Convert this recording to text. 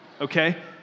Okay